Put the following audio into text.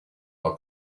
are